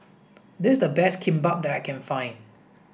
this is the best Kimbap that I can find